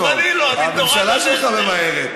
גם אני לא, אני תורן, הממשלה שלך ממהרת.